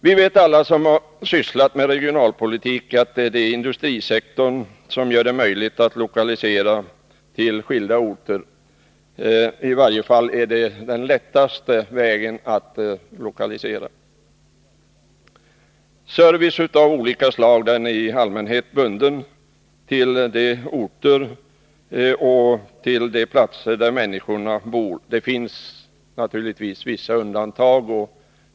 Vi vet alla som har sysslat med regionalpolitik att det är industrin som är möjlig att lokalisera till skilda orter — i varje fall är den lättast att lokalisera. Service av olika slag är i allmänhet bunden till de orter där människorna bor. Det finns naturligtvis vissa undantag.